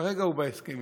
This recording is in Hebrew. כרגע הוא בהסכמים.